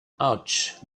ouch